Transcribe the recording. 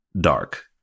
dark